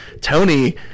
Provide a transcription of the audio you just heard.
Tony